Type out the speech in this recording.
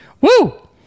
Woo